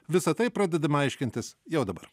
visa tai pradedama aiškintis jau dabar